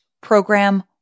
program